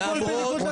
לתקנון.